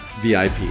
VIP